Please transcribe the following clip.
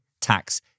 tax